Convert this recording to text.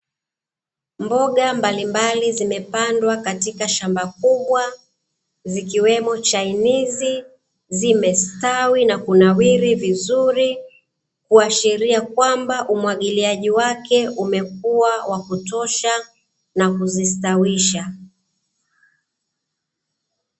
Mboga mbalimbali zimepandwa katika shamba kubwa, zikiwemo chainizi zimestawi na kunawiri vizuri kuashiria kwamba umwagiliaji wake umekuwa wa kutosha na kuzistawisha.